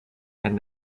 and